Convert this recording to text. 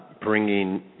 bringing